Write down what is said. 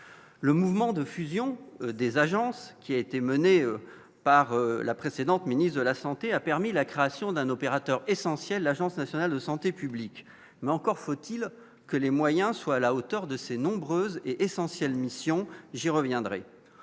le mouvement de fusion des agences qui a été menée par la précédente ministre de la Santé a permis la création d'un opérateur essentiel, Agence nationale de santé publique, mais encore faut-il que les moyens soient à la hauteur de ses nombreuses et essentielle mission j'y reviendrai,